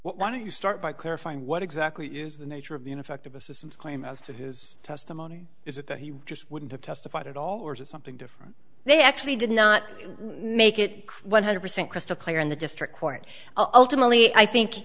to you start by clarifying what exactly is the nature of the in effect of assistance claim as to his testimony is that he just wouldn't have testified at all or is it something different they actually did not make it one hundred percent crystal clear in the district court ultimately i think